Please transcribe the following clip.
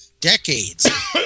decades